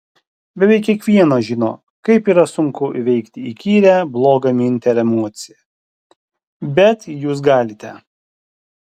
beveik kiekvienas žino kaip yra sunku įveikti įkyrią blogą mintį ar emociją bet jūs galite